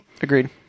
Agreed